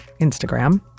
Instagram